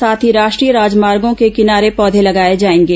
साथ ही राष्ट्रीय राजमार्गों के किनारे पौधे लगाए जाएंगे